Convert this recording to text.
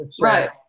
Right